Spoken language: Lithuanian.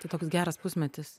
tai toks geras pusmetis